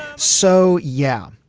so yeah,